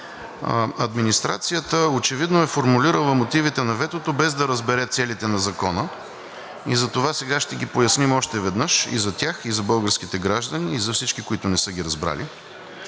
Администрацията очевидно е формулирала мотивите на ветото, без да разбере целите на Закона. Затова сега ще ги поясним още веднъж и за тях, и за българските граждани, и за всички, които не са ги разбрали.